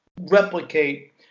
replicate